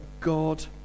God